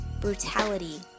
brutality